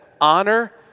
Honor